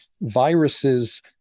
viruses